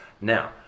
Now